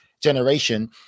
generation